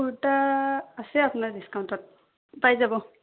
কুৰ্তা আছে আপোনাৰ ডিছকাউণ্টত পাই যাব